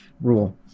rule